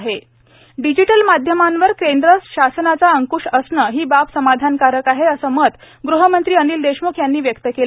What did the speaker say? Anil Deshmukh digital माध्यमांवर केंद्र शासनाचा अंकृश असणं ही बाब समाधानकारक आहे असं मत ग़हमंत्री अनिल देशमुख यांनी व्यक्त केलं